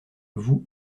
voue